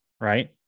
right